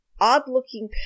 odd-looking